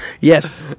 Yes